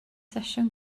sesiwn